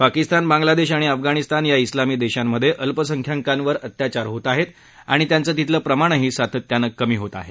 पाकिस्तान बांग्लादेश आणि अफगाणिस्तान या उल्लामी देशांमध्ये अल्पसंख्यंकांवर अत्याचार होत आहेत आणि त्यांचं तिथलं प्रमाणही सातत्यानं कमी होत आहे